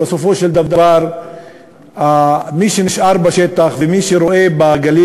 ובסופו של דבר מי שנשאר בשטח ומי שרואה בגליל